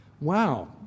Wow